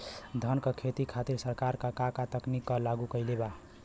धान क खेती खातिर सरकार का का तकनीक लागू कईले बा?